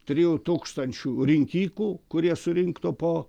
trijų tūkstančių rinkikų kurie surinktų po